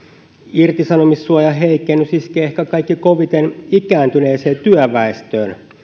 irtisanomissuojan heikennys iskee ehkä kaikkein koviten ikääntyneeseen työväestöön